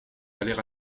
d’aller